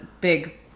big